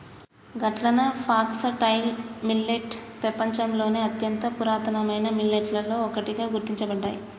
గట్లన foxtail millet పెపంచంలోని అత్యంత పురాతనమైన మిల్లెట్లలో ఒకటిగా గుర్తించబడ్డాయి